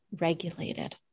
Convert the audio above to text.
regulated